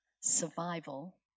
survival